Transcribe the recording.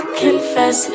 confess